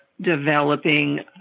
developing